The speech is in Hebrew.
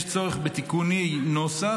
יש צורך בתיקוני נוסח,